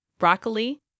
Broccoli